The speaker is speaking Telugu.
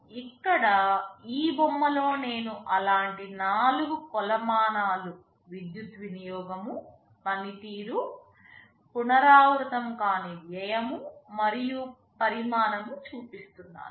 ఇక్కడ ఈ బొమ్మలో నేను అలాంటి నాలుగు కొలమానాలు విద్యుత్ వినియోగం పనితీరు పునరావృతంకాని వ్యయం మరియు పరిమాణం చూపిస్తున్నాను